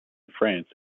france